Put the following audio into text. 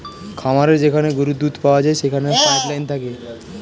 খামারে যেখানে গরুর দুধ পাওয়া যায় সেখানে পাইপ লাইন থাকে